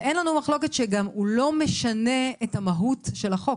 אין לנו מחלוקת שהוא גם לא משנה את המהות של החוק,